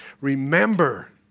Remember